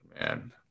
Man